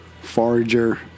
forager